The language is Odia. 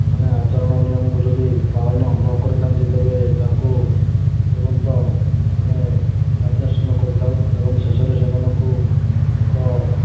ମାନେ ଆଚରଣ ନିୟମକୁ ଯଦି ପାଳନ ନ କରିଥାନ୍ତି ତେବେ ତାଙ୍କୁ ତୁରନ୍ତ ଆମେ କାର୍ଯ୍ୟସୀନ କରିଥାଉ ଏବଂ ଶେଷରେ ସେମାନଙ୍କୁ ଉକ୍ତ